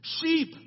Sheep